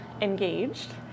engaged